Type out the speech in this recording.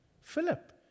Philip